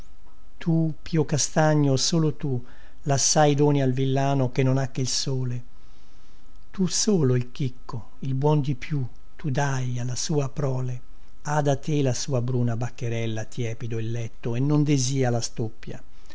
tu pio castagno solo tu lassai doni al villano che non ha che il sole tu solo il chicco il buon di più tu dai alla sua prole ha da te la sua bruna vaccherella tiepido il letto e non desìa la stoppia